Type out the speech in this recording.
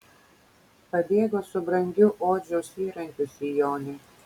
pabėgo su brangiu odžiaus įrankiu sijone